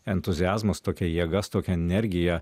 entuziazmu su tokia jėga su tokia energija